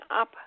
up